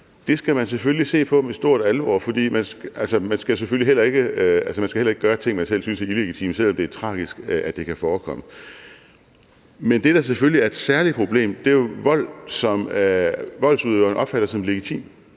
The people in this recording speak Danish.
Det skal man selvfølgelig se på med stor alvor, for man skal heller ikke gøre ting, som man selv syntes er illegitime, selv om det er tragisk, at det kan forekomme. Men det, der selvfølgelig er et særligt problem, er vold, som voldsudøveren opfatter som legitim,